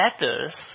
letters